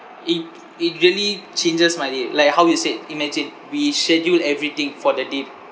it it really changes my day like how you said imagine we schedule everything for the day